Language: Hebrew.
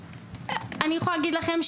אני יכולה להגיד לכם,